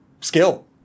skill